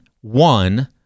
one